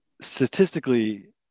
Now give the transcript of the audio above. statistically